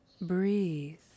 Breathe